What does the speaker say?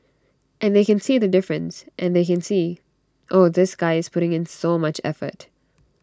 and they can see the difference and they can see oh this guy is putting in so much effort